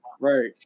Right